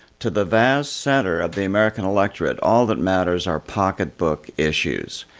to the vast center of the american electorate, all that matters are pocketbook issues.